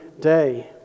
day